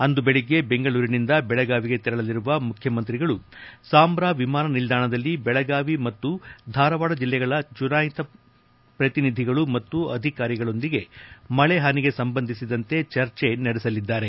ಅಂದು ಬೆಳಗ್ಗೆ ಬೆಂಗಳೂರಿನಿಂದ ಬೆಳಗಾವಿಗೆ ತೆರಳಲಿರುವ ಮುಖ್ಯಮಂತ್ರಿ ಸಾಂಬ್ರಾ ವಿಮಾನ ನಿಲ್ದಾಣದಲ್ಲಿ ಬೆಳಗಾವಿ ಮತ್ತು ಧಾರವಾದ ಜಿಲ್ಲೆಗಳ ಚುನಾಯಿತ ಪ್ರತಿನಿಧಿಗಳು ಮತ್ತು ಅಧಿಕಾರಿಗಳೊಂದಿಗೆ ಮಳಿ ಹಾನಿಗೆ ಸಂಬಂಧಿಸಿದಂತೆ ಮುಖ್ಯಮಂತ್ರಿ ಚರ್ಚೆ ನಡೆಸಲಿದ್ದಾರೆ